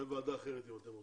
זה ועדה אחרת אם אתם רוצים,